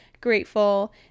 grateful